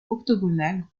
octogonale